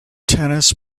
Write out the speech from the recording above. tennis